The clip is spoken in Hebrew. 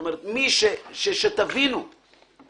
אני